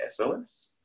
SLS